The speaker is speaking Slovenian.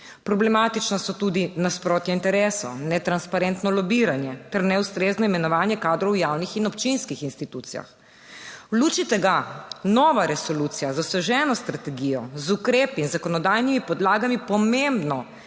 Problematična so tudi nasprotja interesov, netransparentno lobiranje ter neustrezno imenovanje kadrov v javnih in občinskih institucijah. V luči tega nova resolucija z osveženo strategijo, z ukrepi in zakonodajnimi podlagami pomembno